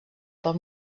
pel